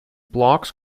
blocks